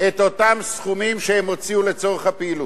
את אותם סכומים שהן הוציאו לצורך הפעילות.